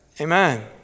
Amen